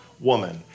woman